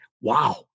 wow